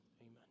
amen